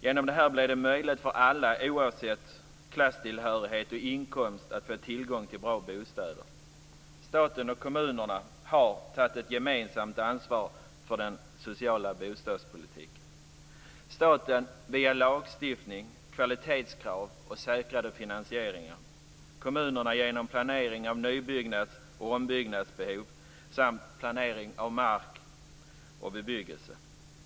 Genom detta blir det möjligt för alla, oavsett klasstillhörighet och inkomst, att få tillgång till bra bostäder. Staten och kommunerna har tagit ett gemensamt ansvar för den sociala bostadspolitiken. Staten har gjort det via lagstiftning, kvalitetskrav och säkrad finansiering. Kommunerna har gjort det genom planering av nybyggnads och ombyggnadsbehov samt planering av mark och bebyggelse.